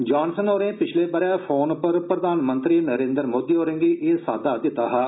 Johnson होरें पिच्छले बरे फोन पर प्रधानमंत्री नरेन्द्र मोदी होरें गी एह साद्दा दिता हा